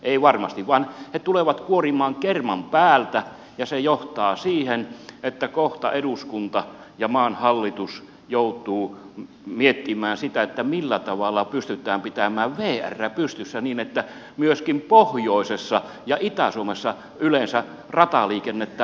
eivät varmasti tule vaan he tulevat kuorimaan kerman päältä ja se johtaa siihen että kohta eduskunta ja maan hallitus joutuu miettimään sitä millä tavalla pystytään pitämään vr pystyssä niin että myöskin pohjoisessa ja itä suomessa yleensä rataliikennettä rautatieliikennettä on